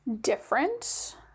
different